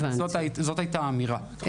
זו הייתה האמירה.